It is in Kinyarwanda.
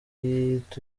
karubanda